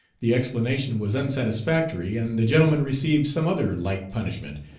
the explanation was unsatisfactory, and the gentleman received some other light punishment,